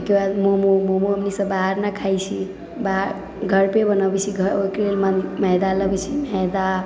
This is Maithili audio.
एक बार मोमो मोमो भी बाहर नहि खाइ छी बाहर घरपर बनाबै छी घर ओकरा लेल मैदा लावै छी मैदा